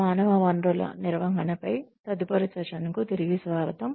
మానవ వనరుల నిర్వహణపై తదుపరి సెషన్కు తిరిగి స్వాగతం